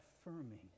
affirming